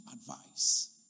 advice